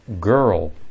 girl